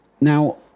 Now